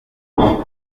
uwo